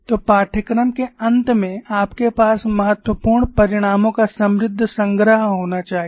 तो पाठ्यक्रम के अंत में आपके पास महत्वपूर्ण परिणामों का समृद्ध संग्रह होना चाहिए